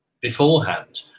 beforehand